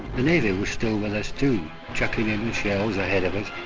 the navy was still with us too, chucking in in shells ahead of us.